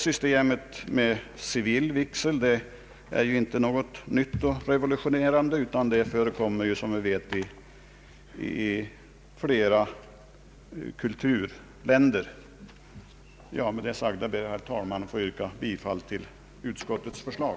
Systemet med civil vigsel är ju inte något nytt och revolutionerande. Det förekommer, som vi vet, i flera kulturländer. Med det sagda ber jag, herr talman, att få yrka bifall till utskottets förslag.